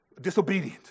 disobedient